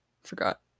Forgot